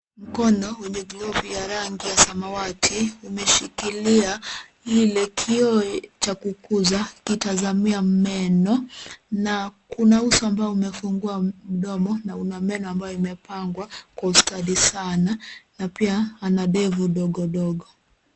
Mkono wenye glavu ya rangi ya samawati, umeshikilia, ile kioo cha kukuza, kitazamia meno, na kuna uso ambao umefungua mdomo, na una meno ambayo imepangwa kwa ustadi sana, na pia ana ndevu ndogo ndogo.